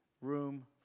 room